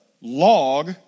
log